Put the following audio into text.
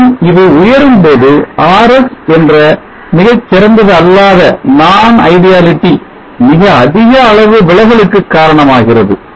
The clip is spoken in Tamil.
மற்றும் இது உயரும்போது Rs என்ற மிகச் சிறந்தது அல்லாதது மிக அதிக அளவு விலகலுக்கு காரணமாகிறது